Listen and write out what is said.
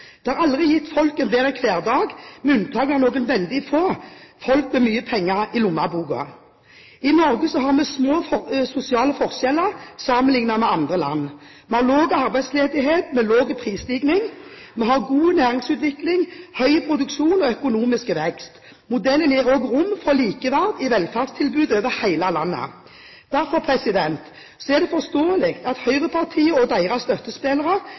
Det har aldri gitt folk en bedre hverdag, med unntak av noen veldig få – folk med mye penger i lommeboka. I Norge har vi små sosiale forskjeller sammenlignet med andre land. Vi har lav arbeidsledighet med lav prisstigning, vi har god næringsutvikling, høy produksjon og økonomisk vekst. Modellen gir også rom for likeverd i velferdstilbudet over hele landet. Derfor er det forståelig at høyrepartiene og deres støttespillere